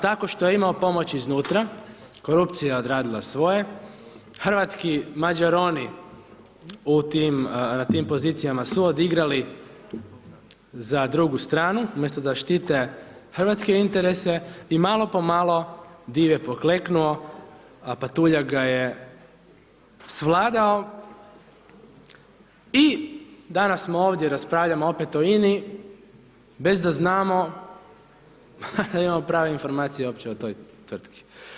Tako što je imao pomoć iznutra, korupcija je odradila svoje, hrvatski mađaroni u tim pozicijama su odigrali za drugu stranu umjesto da štite hrvatske interese i malo po malo div je pokleknuo, a patuljak ga je svladao i danas smo ovdje, raspravljamo opet o INA-i bez da znamo da imamo prave informacije uopće o toj tvrtki.